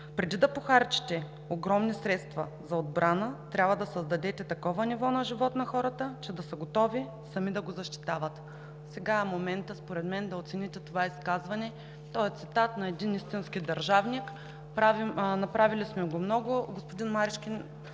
„Преди да похарчите огромни средства за отбрана, трябва да създадете такова ниво на живот на хората, че да са готови сами да го защитават.“ Сега е моментът според мен да оцените това изказване. То е цитат на един истински държавник. Направили сме го много… (Реплика